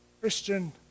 Christian